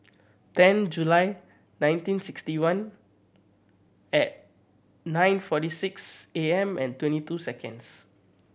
ten July nineteen sixty one at nine forty six A M and twenty two seconds